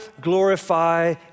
glorify